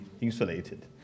insulated